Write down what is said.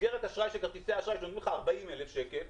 מסגרת אשראי של כרטיסי אשראי 40,000 שקלים,